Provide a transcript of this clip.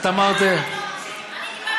את אמרת, למה לא?